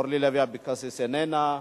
אורלי לוי אבקסיס, איננה.